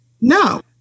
No